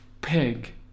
pig